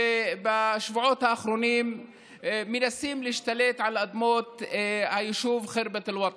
שבשבועות האחרונים מנסה להשתלט על אדמות היישוב ח'רבת אל-וטן.